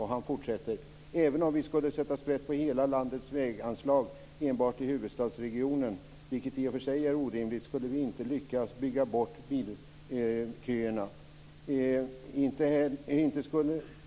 Han fortsätter: "Även om vi skulle sätta sprätt på hela landets väganslag enbart i huvudstadsregionen - vilket i och för sig är en orimlighet - skulle vi inte lyckas 'bygga bort' bilköerna.